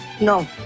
No